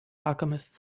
alchemist